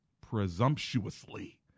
presumptuously